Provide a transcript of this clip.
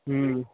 ہوں